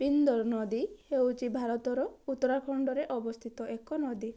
ପିନ୍ଦର ନଦୀ ହେଉଛି ଭାରତର ଉତ୍ତରାଖଣ୍ଡରେ ଅବସ୍ଥିତ ଏକ ନଦୀ